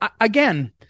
again